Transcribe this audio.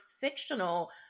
fictional